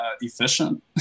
efficient